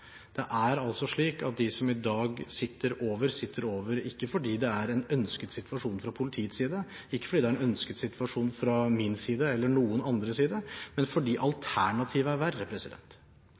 Det er altså slik at de som i dag sitter over, sitter over ikke fordi det er en ønsket situasjon fra politiets side, ikke fordi det er en ønsket situasjon fra min side – eller fra noen annens side – men fordi alternativet er verre.